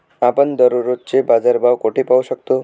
आपण दररोजचे बाजारभाव कोठे पाहू शकतो?